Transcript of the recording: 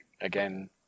again